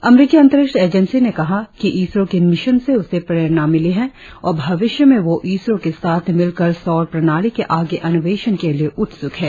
अमरीकी अंतरिक्ष एजेंसी ने कहा कि इसरो के मिशन से उसे प्रेरणा मिली है और भविष्य में वह इसरो के साथ मिलकर सौर प्रणाली के आगे अन्वेषण के लिए उत्सुक है